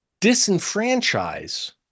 disenfranchise